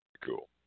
cool